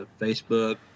Facebook